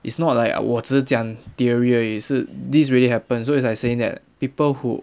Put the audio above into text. it's not like 我只是讲 theory 而已是 this really happen so it's like saying that people who